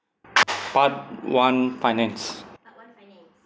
part one finance